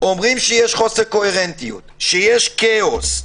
אומרים שיש חוסר קוהרנטיות, שיש כאוס,